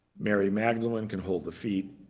mary magdalene can hold the feet.